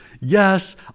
Yes